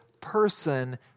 person